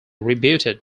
rebutted